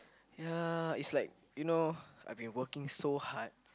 ya is like you know I've been working so hard